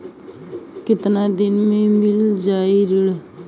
कितना दिन में मील जाई ऋण?